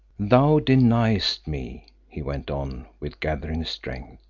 thou deniest me, he went on with gathering strength,